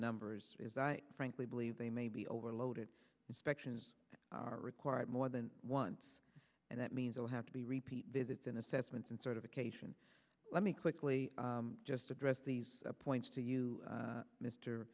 numbers as i frankly believe they may be overloaded inspections are required more than once and that means i'll have to be repeat visits in assessments and certification let me quickly just address these points to you